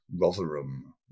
Rotherham